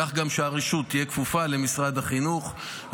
כך שגם הרשות תהיה כפופה למשרד החינוך.